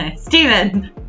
Stephen